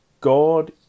God